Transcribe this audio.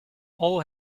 all